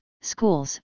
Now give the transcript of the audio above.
schools